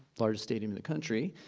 largest stadium in the country.